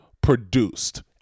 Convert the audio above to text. produced